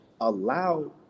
allow